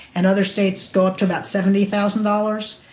and other states go up to about seventy thousand dollars,